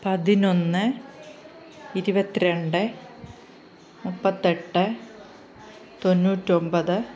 പതിനൊന്ന് ഇരുപത്തി രണ്ട് മുപ്പത്തി എട്ട് തൊണ്ണൂറ്റി ഒൻപത്